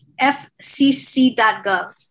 fcc.gov